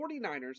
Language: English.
49ers